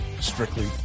Strictly